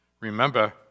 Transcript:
remember